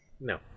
No